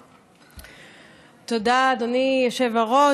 תודה, אדוני היושב-ראש.